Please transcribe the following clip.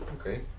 okay